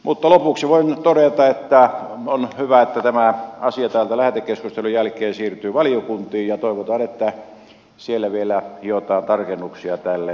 mutta lopuksi voin todeta että on hyvä että tämä asia täältä lähetekeskustelun jälkeen siirtyy valiokuntiin ja toivotaan että siellä vielä hiotaan tarkennuksia tälle